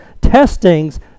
testings